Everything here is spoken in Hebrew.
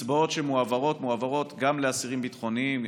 הקצבאות שמועברות מועברות גם לאסירים ביטחוניים,